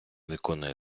виконує